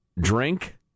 drink